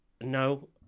no